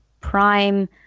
prime